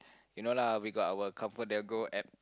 you know lah we got our Comfort-Delgro app